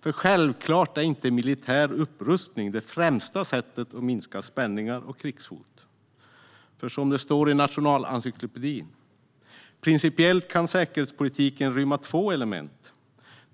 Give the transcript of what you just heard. För självklart är inte en militär upprustning det främsta sättet att minska spänningar och krigshot. Som det står i Nationalencyklopedin: "Principiellt kan säkerhetspolitiken rymma två element: